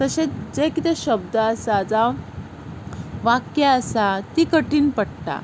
तशें जे कितें शब्द आसा जावं वाक्य आसा ती कठीण पडटा